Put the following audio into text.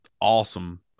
awesome